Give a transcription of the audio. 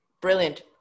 Brilliant